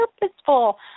purposeful